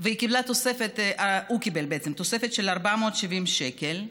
הוא קיבל תוספת של 470 שקל.